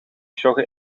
joggen